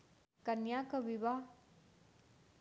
कन्याक बियाह लेल सेहो लोन भेटैत छैक की?